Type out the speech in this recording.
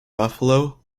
buffalo